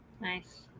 Nice